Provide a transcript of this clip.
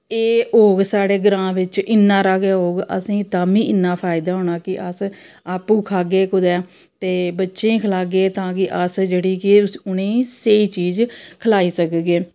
एह् होग साढ़े ग्रांऽ बिच्च इन्ना हारा गै होग असें गी तामिं इन्ना फायदा होना कि अस आपूं खागे कुदै ते बच्चें गी खलागै तां कि अस जेह्ड़ी कि उ'नें गी स्हेई चीज खलाई सकगे